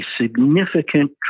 significant